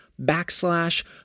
backslash